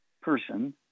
person